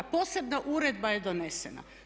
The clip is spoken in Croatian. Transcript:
Posebna uredba je donesena.